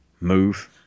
move